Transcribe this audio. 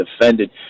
defended